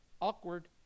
awkward